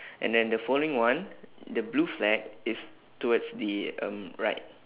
and then the following one the blue flag is towards the um right